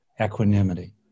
equanimity